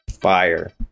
Fire